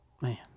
Man